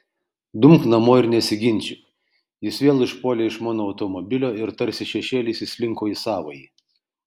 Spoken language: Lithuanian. dumk namo ir nesiginčyk jis vėl išpuolė iš mano automobilio ir tarsi šešėlis įslinko į savąjį